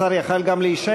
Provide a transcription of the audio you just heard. השר יכול היה גם להישאר,